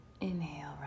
Inhale